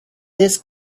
this